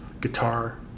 guitar